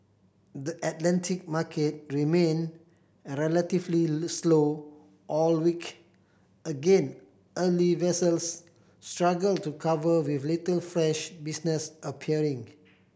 the Atlantic market remained relatively slow all week again early vessels struggled to cover with little fresh business appearing